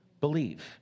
believe